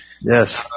Yes